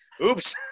oops